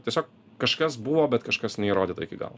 tiesiog kažkas buvo bet kažkas neįrodyta iki galo